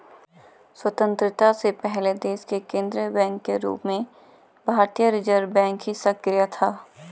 स्वतन्त्रता से पहले देश के केन्द्रीय बैंक के रूप में भारतीय रिज़र्व बैंक ही सक्रिय था